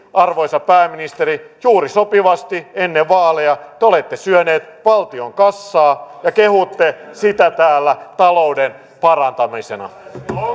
arvoisa pääministeri juuri sopivasti ennen vaaleja te olette syöneet valtion kassaa ja kehutte sitä täällä talouden parantamisena